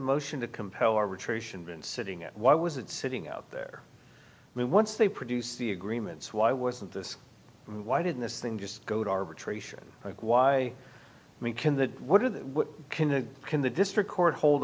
motion to compel arbitration been sitting at why was it sitting out there when once they produce the agreements why wasn't this why didn't this thing just go to arbitration like why me can that what are the can and can the district court hold